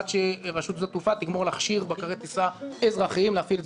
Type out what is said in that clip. עד שרשות שדות התעופה תסיים להכשיר בקרי טיסה אזרחיים להפעיל את